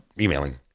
emailing